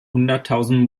hunderttausend